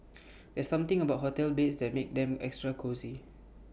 there's something about hotel beds that makes them extra cosy